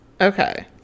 Okay